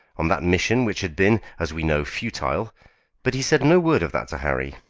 on that mission which had been, as we know, futile but he said no word of that to harry.